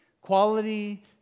Quality